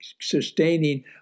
sustaining